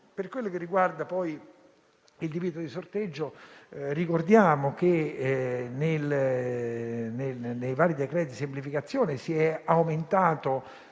Per quello che riguarda poi il divieto di sorteggio, ricordiamo che nei vari decreti semplificazione è stata aumentata